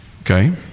Okay